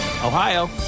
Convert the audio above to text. Ohio